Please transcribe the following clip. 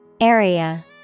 Area